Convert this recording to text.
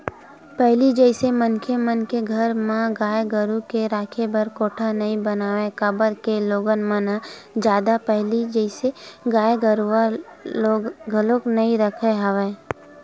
पहिली जइसे मनखे मन के घर म गाय गरु के राखे बर कोठा नइ बनावय काबर के लोगन मन ह जादा पहिली जइसे गाय गरुवा घलोक नइ रखत हवय